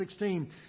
16